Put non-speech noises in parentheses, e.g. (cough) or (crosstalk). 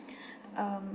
(breath) um